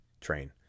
train